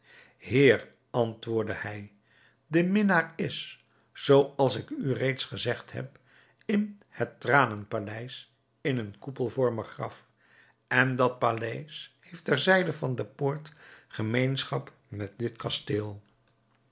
heer antwoordde hij de minnaar is zoo als ik u reeds gezegd heb in het tranenpaleis in een koepelvormig graf en dat paleis heeft ter zijde van de poort gemeenschap met dit kasteel